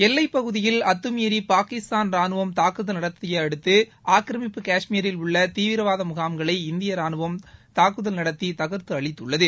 எல்லைப் பகுதியில் அத்துமீறிபாகிஸ்தான் ராணுவம் தாக்குதல் நடத்தியதையடுத்து ஆக்கிரமிப்பு கஷ்மீரில் உள்ளதீவிரவாதமுகாம்களை இந்தியரானுவம் தாக்குதல் நடத்திதக்த்துஅழித்துள்ளது